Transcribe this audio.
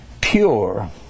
pure